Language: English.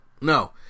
No